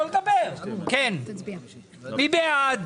--- מי בעד?